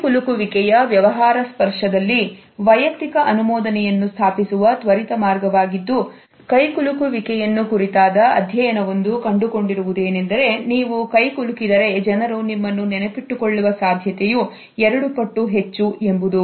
ಕೈಗೊಳ್ಳುವಿಕೆಯ ವ್ಯವಹಾರ ಸ್ಪರ್ಶದಲ್ಲಿ ವೈಯಕ್ತಿಕ ಅನುಮೋದನೆಯನ್ನು ಸ್ಥಾಪಿಸುವ ತ್ವರಿತ ಮಾರ್ಗವಾಗಿದ್ದು ಕೈಕುಲುಕುವಿಕೆಯನ್ನು ಕುರಿತಾದ ಅಧ್ಯಯನವೊಂದು ಕಂಡುಕೊಂಡಿರುವುದು ಏನೆಂದರೆ ನೀವು ಕೈಕುಲುಕಿದರೇ ಜನರು ನಿಮ್ಮನ್ನು ನೆನಪಿಟ್ಟುಕೊಳ್ಳುವ ಸಾಧ್ಯತೆಯು ಎರಡು ಪಟ್ಟು ಹೆಚ್ಚು ಎಂಬುದು